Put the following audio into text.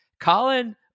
Colin